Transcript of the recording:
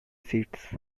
seats